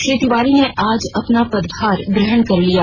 श्री तिवारी ॅने आज अपना पदभार ग्रहण कर लिया